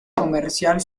comercial